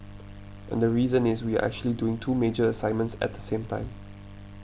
and the reason is we are actually doing two major assignments at the same time